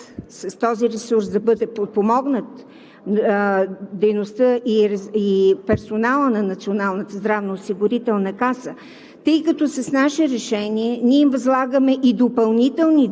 Ето защо предлагам с този капацитет, с този ресурс да бъде подпомогната дейността и персоналът на Националната здравноосигурителна каса,